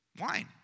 wine